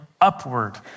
upward